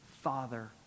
father